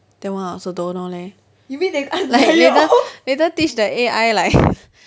that one I also don't know leh like later later teach the A_I like